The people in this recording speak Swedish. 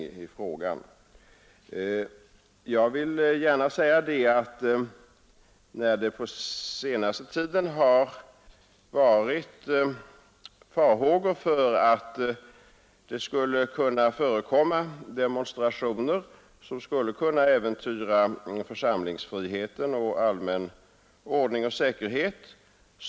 Jag vill gärna säga att det förekommit överläggningar mellan mig och polisledningen med anledning av att det på senaste tiden har framförts farhågor för att demonstrationer skulle kunna förekomma, vilka kunde äventyra församlingsfriheten samt allmän ordning och säkerhet.